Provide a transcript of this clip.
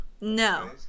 No